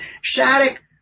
Shattuck